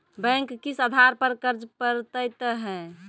Bank किस आधार पर कर्ज पड़तैत हैं?